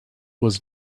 was